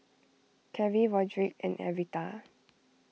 Carey Roderick and Arietta